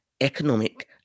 economic